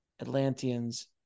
Atlanteans